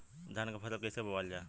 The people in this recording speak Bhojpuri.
धान क फसल कईसे बोवल जाला?